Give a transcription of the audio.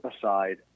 aside